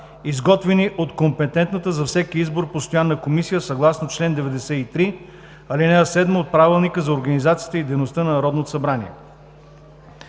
изготвени от компетентната за всеки избор постоянна комисия, съгласно чл. 93, ал. 7 от Правилника за организацията и дейността на Народното събрание.